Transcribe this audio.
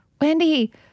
Wendy